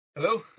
Hello